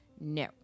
no